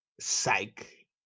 Psych